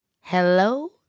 Hello